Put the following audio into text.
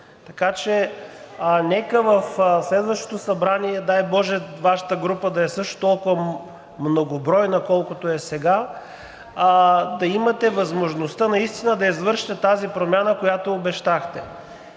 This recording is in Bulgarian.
така че нека в следващото Събрание, дай боже, Вашата група да е също толкова многобройна, колкото е сега, да имате възможността наистина да извършите тази промяна, която обещахте.